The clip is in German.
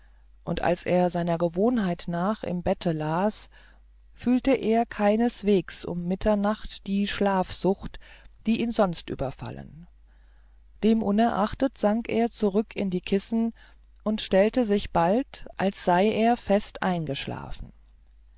und als er seiner gewohnheit nach im bette las fühlte er keineswegs um mitternacht die schlafsucht die ihn sonst überfallen demunerachtet sank er zurück in die kissen und stellte sich bald als sei er fest eingeschlafen